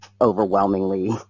overwhelmingly